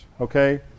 okay